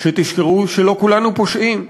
שתזכרו שלא כולנו פושעים,